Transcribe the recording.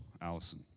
Allison